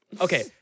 Okay